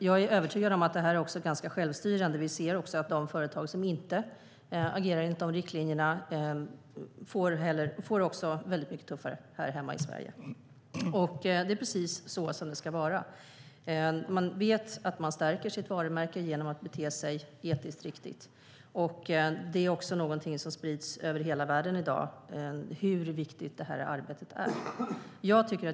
Jag är övertygad om att det här är ganska självstyrande. Vi ser att de företag som inte agerar enligt riktlinjerna får det väldigt mycket tuffare här hemma i Sverige, och det är precis så som det ska vara. Man vet att man stärker sitt varumärke genom att bete sig etiskt riktigt. Det är också något som sprids över hela världen i dag hur viktigt detta arbete är.